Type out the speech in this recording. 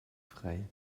frei